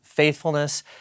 faithfulness